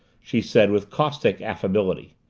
she said with caustic affability.